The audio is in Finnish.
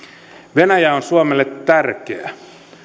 venäjä on suomelle tärkeä